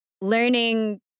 learning